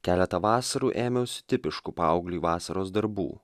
keletą vasarų ėmiausi tipiškų paauglį vasaros darbų